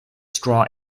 straw